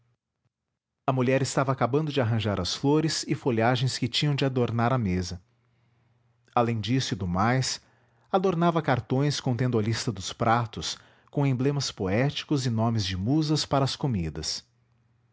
a mulher estava acabando de arranjar as flores e folhagens que tinham de adornar a mesa além disso e do mais adornava cartões contendo a lista dos pratos com emblemas poéticos e nomes de musas para as comidas